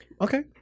Okay